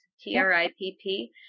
T-R-I-P-P